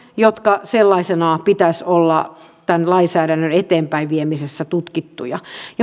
joiden sellaisinaan pitäisi olla tämän lainsäädännön eteenpäinviemisessä tutkittuja